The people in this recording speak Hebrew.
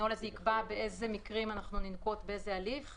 הנוהל הזה יקבע באיזה הליך ננקוט בעבירות